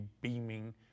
beaming